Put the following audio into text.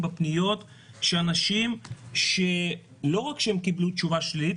בפניות של אנשים שלא רק שהם קיבלו תשובה שלילית,